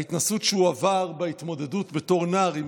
ההתנסות שהוא עבר בהתמודדות בתור נער עם